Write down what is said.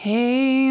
Hey